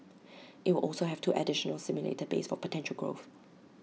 IT will also have two additional simulator bays for potential growth